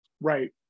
Right